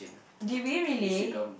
did we really